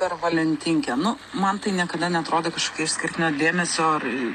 per valentinkę nu man tai niekada neatrodė kažkokia išskirtinio dėmesio ar